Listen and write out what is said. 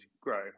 Grow